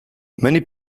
many